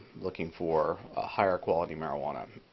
looking for a higher quality marijuana.